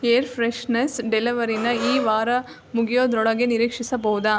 air fresheners ಡೆಲವರಿನ ಈ ವಾರ ಮುಗ್ಯೋದ್ರೊಳಗೆ ನಿರೀಕ್ಷಿಸಬಹುದಾ